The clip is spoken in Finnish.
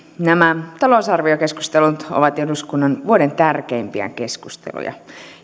nämä talousarviokeskustelut ovat eduskunnan vuoden tärkeimpiä keskusteluja